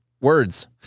Words